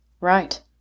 Right